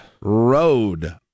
Road